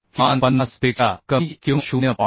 किमान 50 पेक्षा कमी किंवा 0